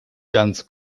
ganz